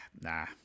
nah